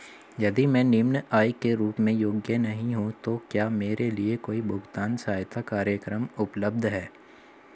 यदि मैं निम्न आय के रूप में योग्य नहीं हूँ तो क्या मेरे लिए कोई भुगतान सहायता कार्यक्रम उपलब्ध है?